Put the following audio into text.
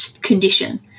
condition